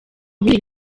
bindi